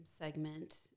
segment